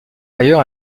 ailleurs